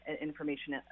information